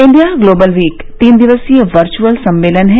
India global week तीन दिवसीय virtual सम्मेलन है